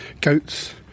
goats